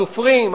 סופרים,